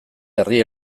herri